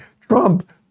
Trump